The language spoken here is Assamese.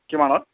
কিমানত